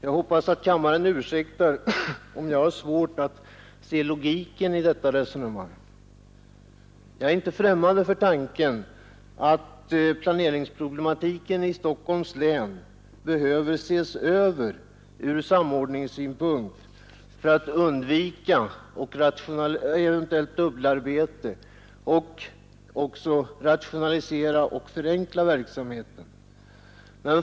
Jag hoppas att kammaren ursäktar om jag säger att jag har svårt att se logiken i resonemanget. Jag är inte främmande för tanken att planeringsproblematiken i Stockholms län behöver ses över ur samordningssynpunkt för att man skall kunna undvika eventuellt dubbelarbete och för att man skall rationalisera och förenkla verksamheten.